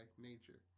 nature